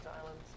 islands